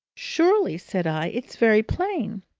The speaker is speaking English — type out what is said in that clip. surely, said i. it's very plain.